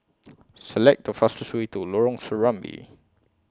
Select The fastest Way to Lorong Serambi